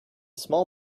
small